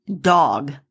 dog